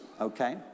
okay